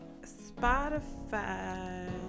Spotify